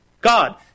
God